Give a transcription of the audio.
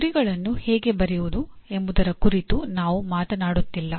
ಈ ಗುರಿಗಳನ್ನು ಹೇಗೆ ಬರೆಯುವುದು ಎಂಬುದರ ಕುರಿತು ನಾವು ಮಾತನಾಡುತ್ತಿಲ್ಲ